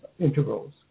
Intervals